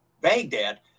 Baghdad